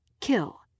Kill